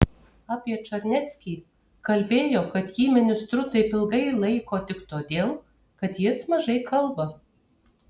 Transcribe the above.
apie čarneckį kalbėjo kad jį ministru taip ilgai laiko tik todėl kad jis mažai kalba